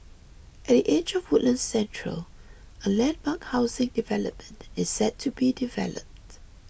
at the edge of Woodlands Central a landmark housing development is set to be developed